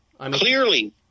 Clearly